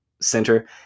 center